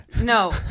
No